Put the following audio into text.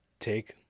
take